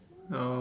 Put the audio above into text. ya